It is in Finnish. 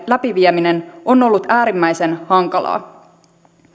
läpivieminen on ollut äärimmäisen hankalaa